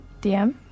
DM